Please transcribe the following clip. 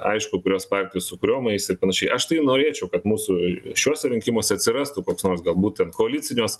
aišku kurios partijos su kuriom eis ir panašiai aš tai norėčiau kad mūsų šiuose rinkimuose atsirastų koks nors galbūt koalicijos